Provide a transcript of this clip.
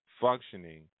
Functioning